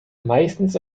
meistens